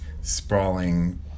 sprawling